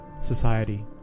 Society